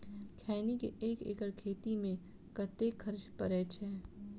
खैनी केँ एक एकड़ खेती मे कतेक खर्च परै छैय?